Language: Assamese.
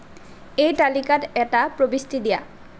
এই তালিকাত এটা প্ৰবিষ্টি দিয়া